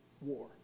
war